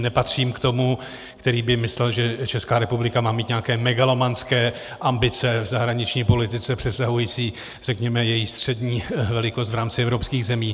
Nepatřím k těm, kteří si myslí, že Česká republika má mít nějaké megalomanské ambice v zahraniční politice přesahující, řekněme, její střední velikost v rámci evropských zemí.